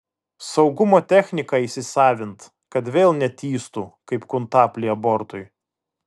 saugumo techniką įsisavint kad vėl netįstų kaip kuntaplį abortui